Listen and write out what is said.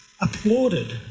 applauded